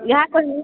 ଇହାଦେ